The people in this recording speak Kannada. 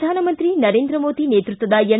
ಪ್ರಧಾನಮಂತ್ರಿ ನರೇಂದ್ರ ಮೋದಿ ನೇತೃತ್ವದ ಎನ್